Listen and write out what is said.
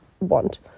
want